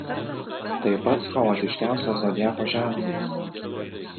tai pats chaotiškiausias zodiako ženklas